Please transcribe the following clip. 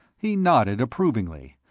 he nodded approvingly,